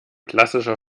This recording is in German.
klassischer